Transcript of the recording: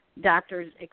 Doctors